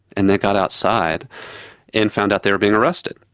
and they got outside and found out they were being arrested.